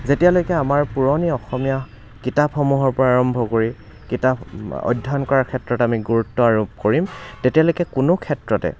যেতিয়ালৈকে আমাৰ পুৰণি অসমীয়া কিতাপসমূহৰ পৰা আৰম্ভ কৰি কিতাপ অধ্যয়ন কৰাৰ ক্ষেত্ৰত আমি গুৰুত্ব আৰোপ কৰিম তেতিয়ালৈকে কোনো ক্ষেত্ৰতে